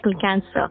cancer